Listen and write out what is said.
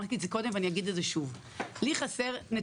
ואמרתי את זה גם קודם ואגיד את זה שוב: לי חסרים נתונים.